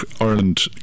Ireland